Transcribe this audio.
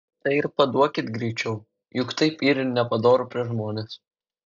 tai ir paduokit greičiau juk taip yr nepadoru prieš žmones